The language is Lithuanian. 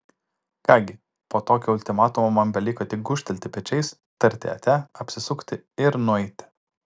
ką gi po tokio ultimatumo man beliko tik gūžtelėti pečiais tarti ate apsisukti ir nueiti